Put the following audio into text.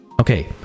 Okay